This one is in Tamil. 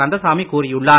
கந்தசாமி கூறியுள்ளார்